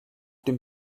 dem